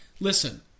listen